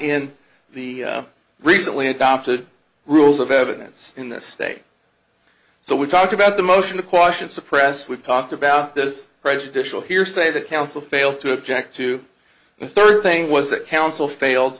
in the recently adopted rules of evidence in this state so we talked about the motion to quash and suppress we've talked about this prejudicial hearsay that counsel failed to object to and third thing was that counsel failed